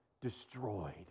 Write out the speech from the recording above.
destroyed